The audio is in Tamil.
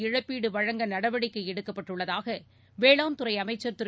இழப்பீடுவழங்க நடவடிக்கைஎடுக்கப்பட்டுள்ளதாகவேளான்துறைஅமைச்சர் திரு